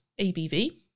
ABV